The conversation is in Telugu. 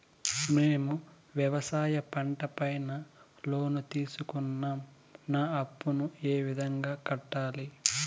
మేము వ్యవసాయ పంట పైన లోను తీసుకున్నాం నా అప్పును ఏ విధంగా కట్టాలి